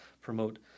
promote